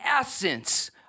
essence